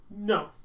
No